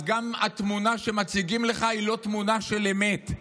אז גם התמונה שמציגים לך היא לא תמונה של אמת,